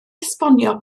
esbonio